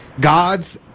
God's